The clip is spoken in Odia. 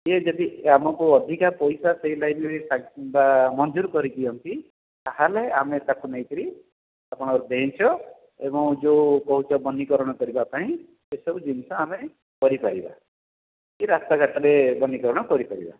ସିଏ ଯଦି ଆମକୁ ଅଧିକା ପଇସା ସେହି ଲାଇନ୍ରେ ବା ମଞ୍ଜୁର କରିଦିଅନ୍ତି ତା'ହେଲେ ଆମେ ତାକୁ ନେଇକରି ଆପଣଙ୍କ ବେଞ୍ଚ୍ ଏବଂ ଯେଉଁ କହୁଛ ବନୀକରଣ କରିବା ପାଇଁ ସେସବୁ ଜିନିଷ ଆମେ କରିପାରିବା କି ରାସ୍ତା ଘାଟରେ ବନୀକରଣ କରିପାରିବା